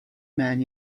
man